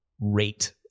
rate